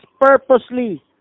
purposely